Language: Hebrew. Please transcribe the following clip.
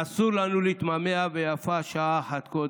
אסור לנו להתמהמה, ויפה שעה אחת קודם.